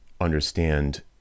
understand